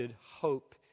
hope